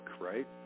right